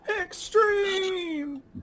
Extreme